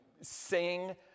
sing